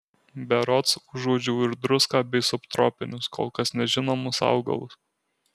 berods užuodžiau ir druską bei subtropinius kol kas nežinomus augalus